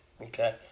okay